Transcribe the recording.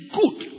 good